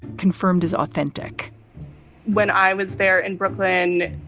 confirmed as authentic when i was there in brooklyn,